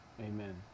Amen